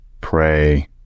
pray